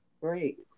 Great